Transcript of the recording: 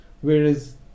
Whereas